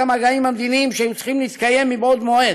המגעים המדיניים שהיו צריכים להתקיים מבעוד מועד,